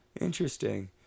Interesting